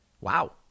Wow